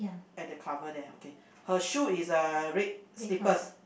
at the cover there okay her shoe is uh red slippers